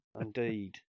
indeed